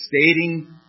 stating